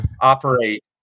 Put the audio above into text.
operate